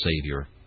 Savior